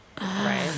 Right